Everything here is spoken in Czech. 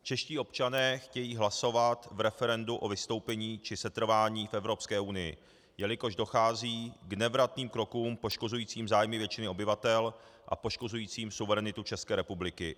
Čeští občané chtějí hlasovat v referendu o vystoupení či setrvání v Evropské unii, jelikož dochází k nevratným krokům poškozujícím zájmy většiny obyvatel a poškozujícím suverenitu České republiky.